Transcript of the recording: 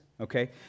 okay